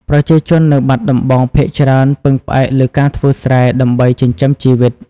ប្រជាជននៅបាត់ដំបងភាគច្រើនពឹងផ្អែកលើការធ្វើស្រែ ដើម្បីចិញ្ចឹមជីវិត។